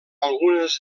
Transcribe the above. algunes